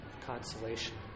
consolation